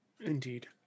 indeed